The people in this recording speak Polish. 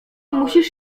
musisz